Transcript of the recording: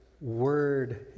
word